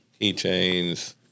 keychains